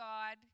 God